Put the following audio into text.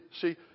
see